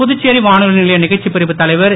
புதுச்சேரி வானொலி நிலைய நிகழ்ச்சிப்பிரிவு தலைவர் திரு